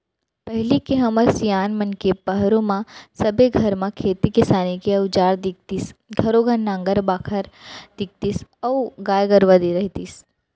पहिली के हमर सियान मन के पहरो म सबे घर म खेती किसानी के अउजार दिखतीस घरों घर नांगर बाखर दिखतीस अउ गाय गरूवा रहितिस